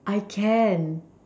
I can